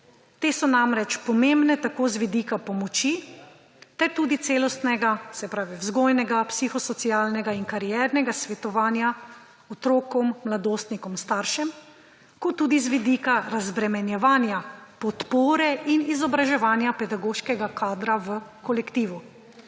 Te so namreč pomembne tako z vidika pomoči ter tudi celostnega, se pravi vzgojnega, psihosocialnega in kariernega svetovanja otrokom, mladostnikom, staršem, kot tudi z vidika razbremenjevanja, podpore in izobraževanja pedagoškega kadra v kolektivu.